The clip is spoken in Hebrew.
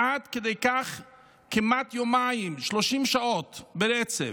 כמעט יומיים, 30 שעות ברצף.